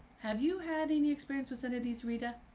have you had any experience with any of these rita.